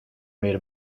made